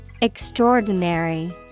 Extraordinary